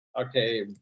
Okay